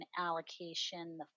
allocation